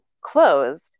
closed